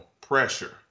pressure